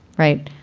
right.